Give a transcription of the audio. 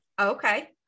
Okay